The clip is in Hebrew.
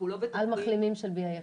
על מחלימים של BA1?